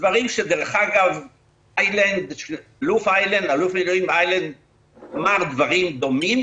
ודרך אגב האלוף במילואים איילנד אמר דברים דומים,